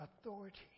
authority